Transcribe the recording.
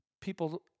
people